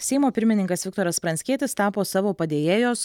seimo pirmininkas viktoras pranckietis tapo savo padėjėjos